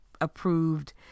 approved